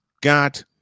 got